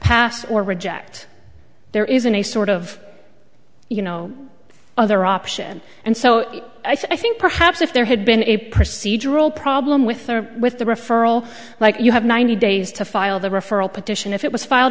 pass or reject there isn't a sort of you know other option and so i think perhaps if there had been a procedural problem with or with the referral like you have ninety days to file the referral petition if it was filed